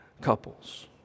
couples